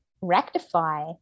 rectify